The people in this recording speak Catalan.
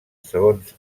segons